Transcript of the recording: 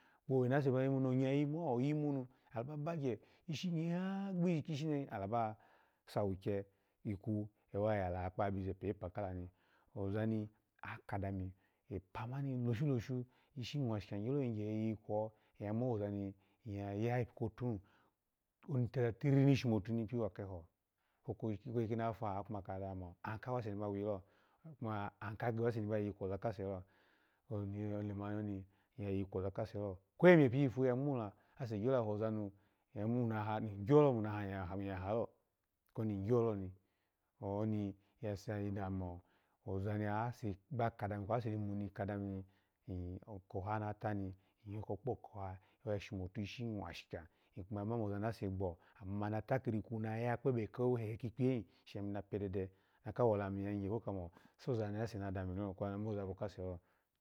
Owe nase bayimu ni ongu yimuho awo yimuhin alaba bagye gbishi nya alaba sawo kye ikwu wa ya la bize pepa kalo ni, oza ni akadami ni epa mani loshu loshun ishi mwashika nyolo yigye iyikwo iya olamu tatatiriri shimo kadani wakelio kweyi kowi asa ni yipi kotu hin koni akada mo akawuse ni ba wilo, aki kadaha akawusa ni ba iyikwoza kase nilo, kwa emiye piya pu ya angwola, ase gyo yahoza nu kwe oma naha iyahalo koni igyoloni, oni ya sayi damimo, oza nase ba kadami kwe ase ni moni iyoko kpokoha nato, oya shomotu ishi mwashika, iki ma mo oza nase gbo ina takiri gulo shini na piye dede kikpiyehin shami na piye dede, na ka wolamu iya yigye shase na dami nilo kwu na mabo kase lo.